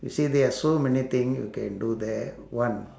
you see there are so many thing you can do there one